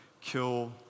kill